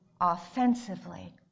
offensively